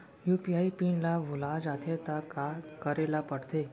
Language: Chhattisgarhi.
यू.पी.आई पिन ल भुला जाथे त का करे ल पढ़थे?